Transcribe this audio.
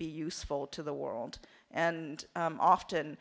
be useful to the world and often